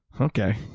Okay